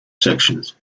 sections